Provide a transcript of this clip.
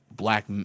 black